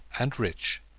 and rich.